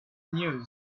news